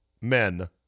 men